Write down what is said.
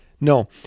No